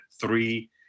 three